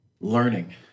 learning